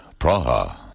Praha